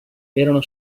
erano